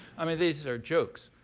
i mean, these are jokes.